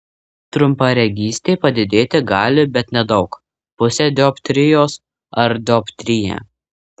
trumparegystė padidėti gali bet nedaug pusę dioptrijos ar dioptriją